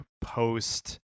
post